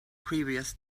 previous